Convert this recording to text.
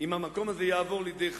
אם המקום הזה יעבור לידי 'חמאס'